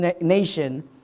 nation